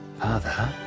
Father